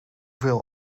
veel